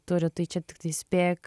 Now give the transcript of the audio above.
turi tai čia tiktai spėk